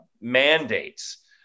mandates